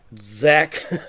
Zach